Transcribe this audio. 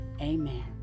Amen